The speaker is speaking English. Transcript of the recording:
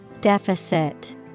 Deficit